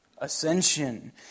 Ascension